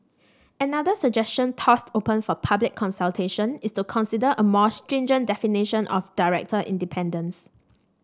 another suggestion tossed open for public consultation is to consider a more stringent definition of director independence